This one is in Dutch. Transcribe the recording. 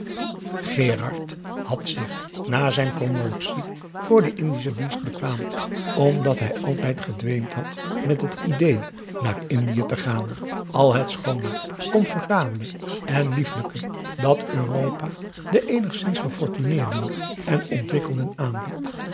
gérard had zich na zijn promotie voor den indischen dienst bekwaamd omdat hij altijd gedweept had met het idée naar indië te gaan al het schoone comfortabele en lieflijke dat europa den eenigszins gefortuneerden en ontwikkelden aanbiedt